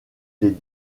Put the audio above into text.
les